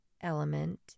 element